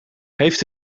heeft